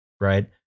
right